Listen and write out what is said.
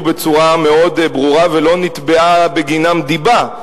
בצורה מאוד ברורה ולא נתבעה בגינם דיבה.